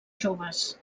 joves